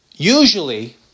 Usually